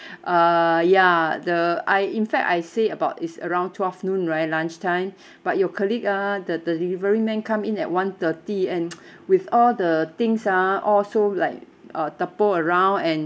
uh ya the I in fact I say about it's around twelve noon right lunch time but your colleague ah the the delivery man come in at one thirty and with all the things ah all so like uh topple around and